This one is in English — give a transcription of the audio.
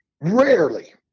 rarely